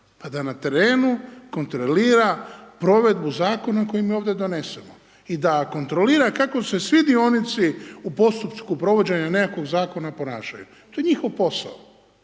Pa da na terenu kontrolira provedbu zakona koji mi ovdje donesemo i da kontrolira kako se svi dionici u postupku provođenja nekakvog zakona ponašaju. To je njihov posao.